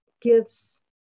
gives